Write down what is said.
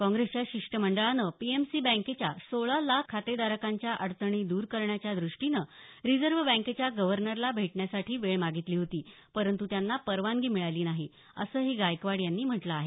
काँग्रेसच्या शिष्टमंडळानं पीएमसी बँकेच्या सोळा लाख खातेधारकांच्या अडचणी दूर करण्याच्या द्रष्टीनं रिझर्व बँकेच्या गवर्नरना भेटण्यासाठी वेळ मागितली होती परंतु त्याना परवानगी मिळाली नाही असंही गायकवाड यांनी म्हटलं आहे